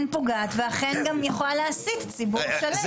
פוגעת ואכן היא גם יכול להסית ציבור שלם.